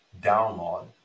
download